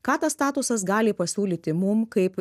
ką tas statusas gali pasiūlyti mum kaip